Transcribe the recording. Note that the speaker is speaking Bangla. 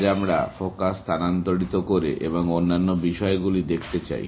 আজ আমরা ফোকাস স্থানান্তরিত করে এবং অন্যান্য বিষয়গুলি দেখতে চাই